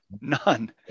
None